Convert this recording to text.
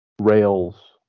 rails